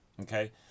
okay